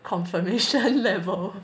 confirmation level